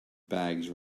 bags